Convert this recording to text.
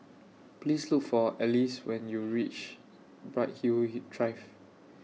Please Look For Alyce when YOU REACH Bright Hill He Drive